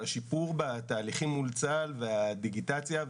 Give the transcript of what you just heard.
השיפור בתהליכים מול צה"ל והדיגיטציה.